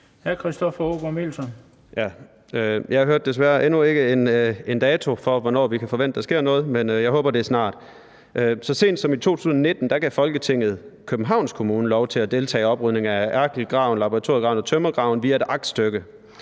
Jeg hørte desværre stadig væk ikke en dato for, hvornår vi kan forvente der sker noget, men jeg håber, at det er snart. Så sent som i 2019 gav Folketinget Københavns Kommune lov til at deltage i oprydningen af Erdkehlgraven, Laboratoriegraven og Tømmergraven via et aktstykke.